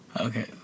Okay